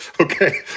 okay